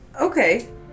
Okay